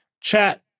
Chat